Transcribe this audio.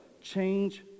change